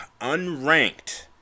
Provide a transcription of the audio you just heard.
unranked